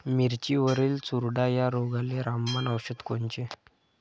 मिरचीवरील चुरडा या रोगाले रामबाण औषध कोनचे?